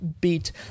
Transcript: beat